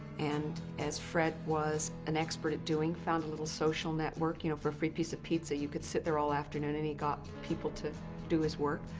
and as fred was an expert at doing, found a little social network. you know, for a free piece of pizza, you could sit there all afternoon, and he got people to do his work.